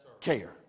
care